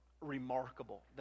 remarkable